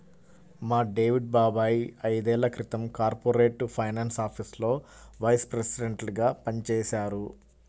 మా డేవిడ్ బాబాయ్ ఐదేళ్ళ క్రితం కార్పొరేట్ ఫైనాన్స్ ఆఫీసులో వైస్ ప్రెసిడెంట్గా పనిజేశారు